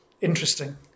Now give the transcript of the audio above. interesting